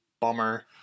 bummer